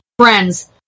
friends